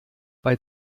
bei